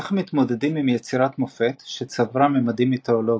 איך מתמודדים עם יצירת מופת שצברה ממדים מיתולוגיים?,